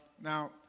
Now